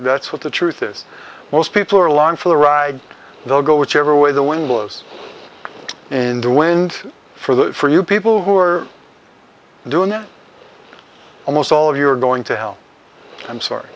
that's what the truth is most people are along for the ride they'll go whichever way the wind blows in the wind for the for you people who are doing it almost all of you are going to hell i'm sorry